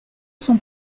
sont